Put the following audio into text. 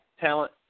talent